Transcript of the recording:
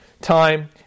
time